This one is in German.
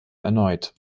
erneut